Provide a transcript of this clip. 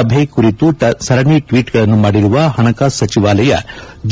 ಸಭೆ ಕುರಿತು ಸರಣಿ ಟ್ಲೀಟ್ಗಳನ್ನು ಮಾಡಿರುವ ಹಣಕಾಸು ಸಚಿವಾಲಯ